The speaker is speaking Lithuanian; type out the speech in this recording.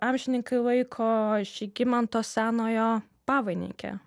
amžininkai laiko žygimanto senojo pavainike